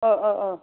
अ अ अ